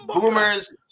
Boomers